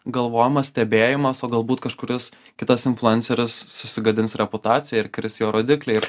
galvojimas stebėjimas o galbūt kažkuris kitas influenceris susigadins reputaciją ir kris jo rodikliai ir